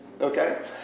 Okay